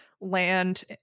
land